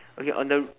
okay on the